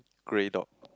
grey dog